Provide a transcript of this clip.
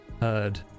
heard